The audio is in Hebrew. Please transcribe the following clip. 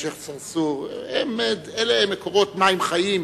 אלה מקורות מים חיים.